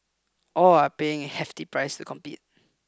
all are paying a hefty price to compete